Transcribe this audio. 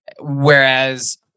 whereas